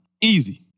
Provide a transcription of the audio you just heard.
Easy